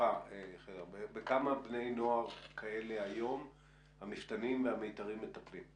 בכמה בני נוער כאלה מפתנים ומיתרים מטפלים?